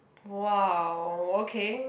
!wow! okay